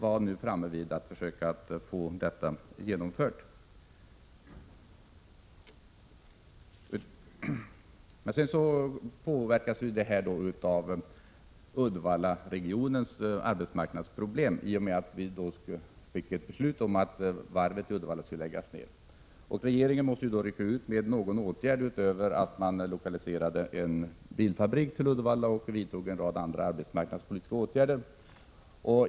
1986/87:122 att vi skulle försöka komma till rätta med det här. 13 maj 1987 Detta arbete påverkas emellertid av Uddevallaregionens arbetsmarknadsproblem i och med att ett beslut fattades om att varvet i Uddevalla skulle läggas ned. Regeringen måste då rycka ut med någon åtgärd utöver lokaliseringen av en bilfabrik till Uddevalla. Regeringen vidtog därför en rad andra arbetsmarknadspolitiska åtgärder.